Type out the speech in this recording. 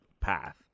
path